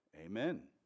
Amen